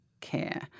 care